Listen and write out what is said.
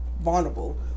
vulnerable